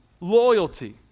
loyalty